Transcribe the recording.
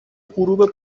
غروب